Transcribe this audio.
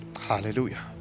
hallelujah